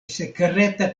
sekreta